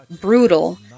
brutal